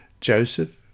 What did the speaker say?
Joseph